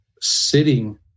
sitting